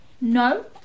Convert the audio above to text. No